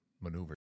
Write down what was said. maneuver